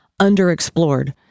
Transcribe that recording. underexplored